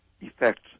effects